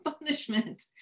punishment